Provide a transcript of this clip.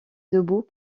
debout